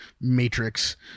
matrix